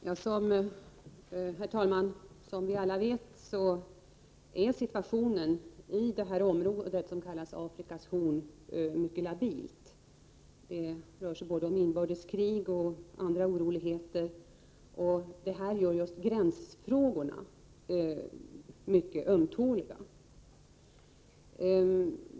Herr talman! Som vi alla vet är situationen i detta område, som kallas Afrikas horn, mycket labil. Det rör sig både om inbördeskrig och om andra oroligheter, och det gör att just gränsfrågorna är mycket ömtåliga.